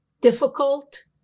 difficult